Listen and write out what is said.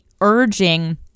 urging